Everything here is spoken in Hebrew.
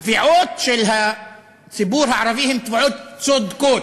התביעות של הציבור הערבי הן תביעות צודקות.